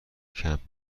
کمپ